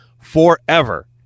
forever